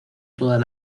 todas